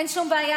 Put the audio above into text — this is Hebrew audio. אין שום בעיה.